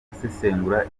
gusesengura